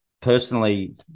personally